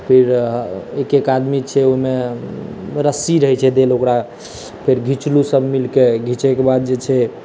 फेर एक एक आदमी छै ओहिमे रस्सी रहै छै देल ओकरा फेर घिचलहुँ सब मिलकऽ घिचैके बाद जे छै